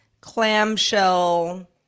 clamshell